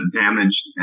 damaged